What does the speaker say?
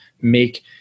make